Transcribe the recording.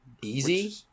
Easy